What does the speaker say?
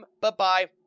Bye-bye